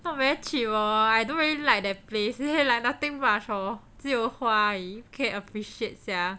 not very cheap lor I don't really like the place leh like nothing much lor 只有花而已可以 appreciate sia